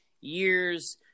years